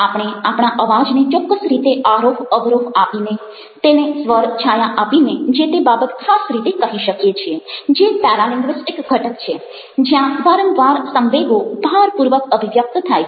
આપણે આપણા અવાજને ચોક્કસ રીતે આરોહ અવરોહ આપીને તેને સ્વર છાયા આપીને જે તે બાબત ખાસ રીતે કહી શકીએ છીએ જે પેરાલિંગ્વિસ્ટિક ઘટક છે જ્યાં વારંવાર સંવેગો ભારપૂર્વક અભિવ્યક્ત થાય છે